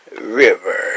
River